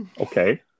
okay